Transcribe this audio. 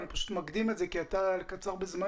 אני מקדים את זה כי אתה קצר בזמן